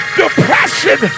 depression